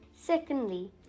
Secondly